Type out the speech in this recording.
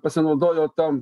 pasinaudojo ta